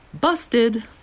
Busted